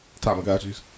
Tamagotchis